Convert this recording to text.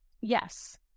yes